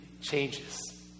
changes